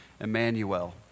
Emmanuel